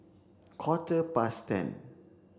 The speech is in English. Quarter past ten